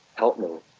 help me.